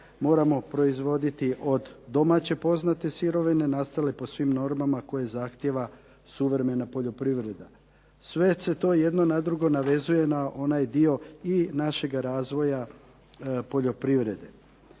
moramo proizvoditi od domaće poznate sirovine nastale po svim normama koje zahtijeva suvremena poljoprivreda. Sve se to jedno na drugo navezuje na onaj dio i našega razvoja poljoprivrede.